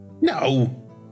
No